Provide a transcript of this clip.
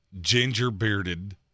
ginger-bearded